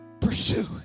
Pursue